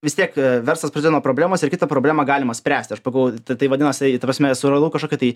vis tiek verslas prasideda nuo problemos ir kitą problemą galima spręst aš pagalvojau tai tai vadinas ta prasme suradau kažkokią tai